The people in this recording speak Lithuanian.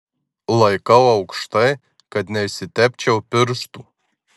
laikau aukštai kad neišsitepčiau pirštų